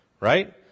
right